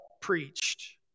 preached